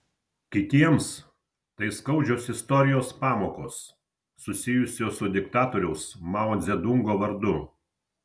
kitiems tai skaudžios istorijos pamokos susijusios su diktatoriaus mao dzedungo vardu